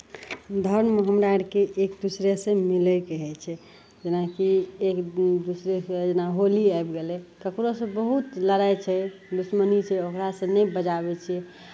धर्म हमरा अरके एक दूसरेसँ मिलैके होइ छै जेनाकि एक दूसरेके जेना होली आबि गेलै ककरोसँ बहुत लड़ाइ छै दुश्मनी छै ओकरासँ नहि बजाबै छियै